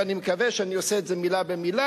ואני מקווה שאני עושה את זה מלה במלה,